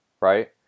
right